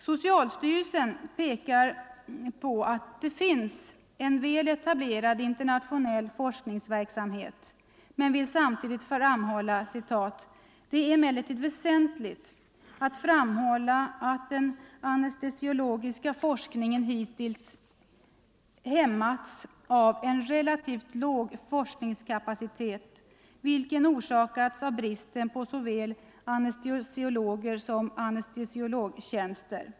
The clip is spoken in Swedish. Socialstyrelsen påpekar att det finns en väl etablerad internationell forskningsverksamhet men skriver samtidigt: ”Det är emellertid väsentligt att framhålla att den anestesiologiska forskningen hittills hämmats av en relativt låg forskningskapacitet, vilken orsakats av bristen på såväl anestesiologer som på anestesiologtjänster.